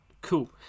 Cool